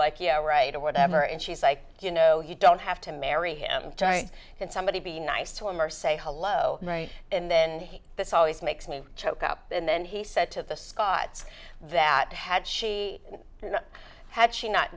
like yeah right or whatever and she's like you know you don't have to marry him can somebody be nice to him or say hello and then he this always makes me choke up and then he said to the scotts that had she had she not